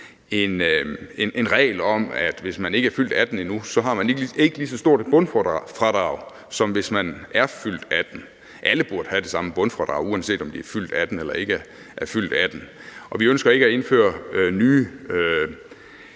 en regel om, at hvis ikke man er fyldt 18 endnu, har man ikke lige så stort et bundfradrag, som hvis man er fyldt 18 år. Alle burde have det samme bundfradrag, uanset om de er fyldt 18 år eller ikke er fyldt 18 år. Og vi ønsker ikke at indføre nye